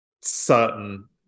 certain